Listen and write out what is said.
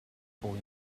boy